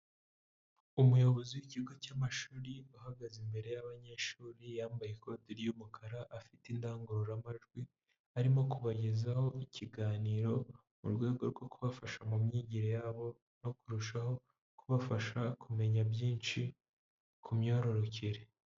Umuyobozi w'ikigo cy'amashuri uhagaze imbere y'abanyeshuri, yambaye ikoti ry'umukara, afite indangururamajwi, arimo kubagezaho ikiganiro mu rwego rwo kubafasha mu myigire yabo no kurushaho kubafasha kumenya byinshi ku myororokere.